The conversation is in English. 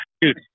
Dude